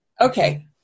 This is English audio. Okay